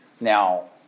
Now